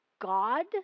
God